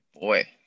Boy